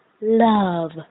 love